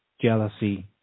jealousy